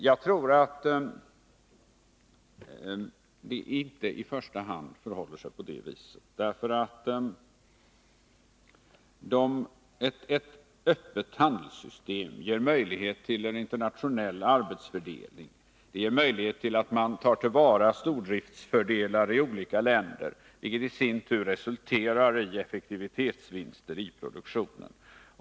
Jag tror inte att det i första hand förhåller sig på det viset, eftersom ett öppet handelssystem ger möjlighet till en internationell arbetsfördelning. Det ger möjlighet till att man tar till vara stordriftsfördelar i olika länder, vilket i sin tur resulterar i effektivitetsvinster i produktionen.